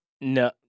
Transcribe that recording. No